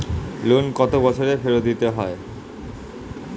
Loan কত বছরে ফেরত দিতে হয়?